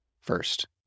first